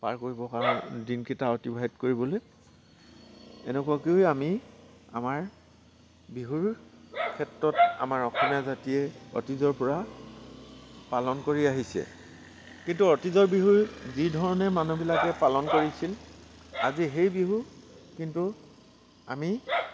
পাৰ কৰিব কাৰণে দিনকেইটা অতিবাহিত কৰিবলৈ এনেকুৱাকৈও আমি আমাৰ বিহুৰ ক্ষেত্ৰত আমাৰ অসমীয়া জাতিয়ে অতীজৰ পৰা পালন কৰি আহিছে কিন্তু অতীজৰ বিহু যিধৰণে মানুহবিলাকে পালন কৰিছিল আজি সেই বিহু কিন্তু আমি